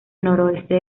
noroeste